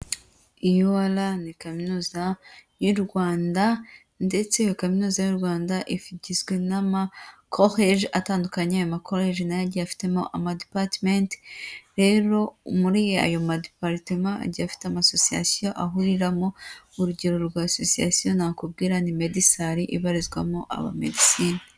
UR ni kaminuza y'u Rwanda ndetse kaminuza y'u Rwanda igizwe n'amakoleje atandukanye. Amakoreje na yo afitemo amadipatimenti. Rero muri ayo madeparitema agiye afite amasosiyasiyo ahuriramo. Urugero rwa asosiyasiyo nakubwira ni medesali ibarizwamo abamedesine.